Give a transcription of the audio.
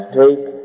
take